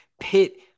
pit